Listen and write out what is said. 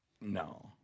no